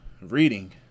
reading